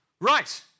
Right